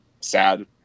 sad